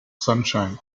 sunshine